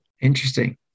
Interesting